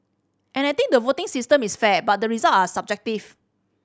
and I think the voting system is fair but the result are subjective